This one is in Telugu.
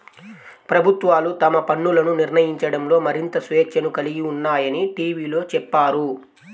ప్రభుత్వాలు తమ పన్నులను నిర్ణయించడంలో మరింత స్వేచ్ఛను కలిగి ఉన్నాయని టీవీలో చెప్పారు